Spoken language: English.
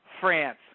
France